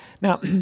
Now